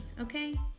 okay